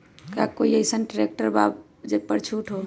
का कोइ अईसन ट्रैक्टर बा जे पर छूट हो?